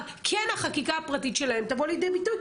החקיקה הפרטית שלהן תבוא לידי ביטוי,